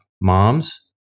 moms